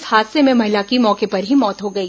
इस हादसे में महिला की मौके पर मौत हो गई